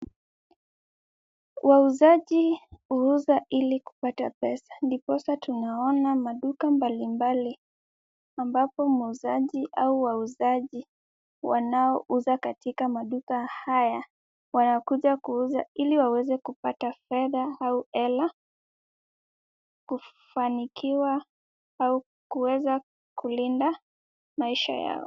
Wauzaji huuza ili kupata pesa, ndiposa tunaona maduka mbalimbali ambapo muuzaji au wauzaji wanaouza katika maduka haya, wanakuja kuuza ili waweze kupata fedha au hela, kufanikiwa au kuweza kulinda maisha yao.